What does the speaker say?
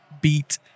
beat